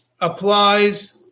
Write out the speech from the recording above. applies